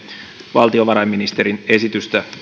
valtiovarainministerin esitystä